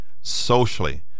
socially